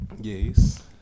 Yes